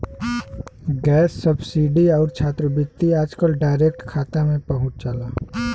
gas subsidy आउर छात्रवृत्ति आजकल डायरेक्ट खाता में पहुंच जाला